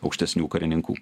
aukštesnių karininkų